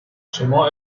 شما